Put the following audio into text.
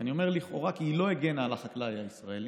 אני אומר "לכאורה" כי היא לא הגנה על החקלאי הישראלי,